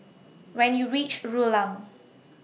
when YOU REACH Rulang